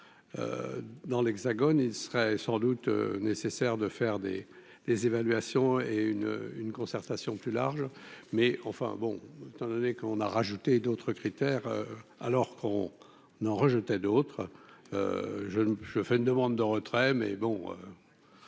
dans l'Hexagone, il serait sans doute nécessaire de faire des des évaluations et une une concertation plus large, mais enfin bon tant donné qu'on a rajouté d'autres critères, alors qu'on ne rejetait d'autres je je fais une demande de retrait, mais bon